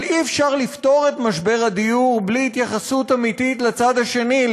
אבל אי-אפשר לפתור את משבר הדיור בלי התייחסות אמיתית לצד השני,